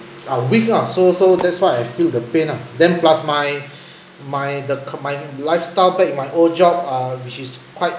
are weak ah so so that's why I feel the pain ah then plus my my the c~ my lifestyle back in my old job uh which is quite